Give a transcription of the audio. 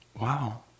wow